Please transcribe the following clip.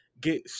get